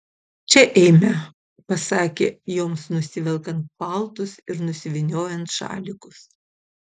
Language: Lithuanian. čia eime pasakė joms nusivelkant paltus ir nusivyniojant šalikus